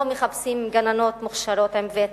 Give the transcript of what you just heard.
לא מחפשים גננות מוכשרות עם ותק,